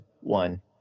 one